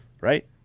right